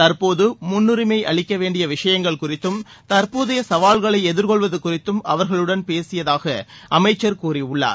தற்போது முன்னுரினம அளிக்க வேண்டிய விஷயங்கள் குறித்தும் தற்போதைய சவால்களை எதிர்கொள்வது குறித்தும் அவர்களுடன் பேசியதாக அமைச்சர் கூறியுள்ளார்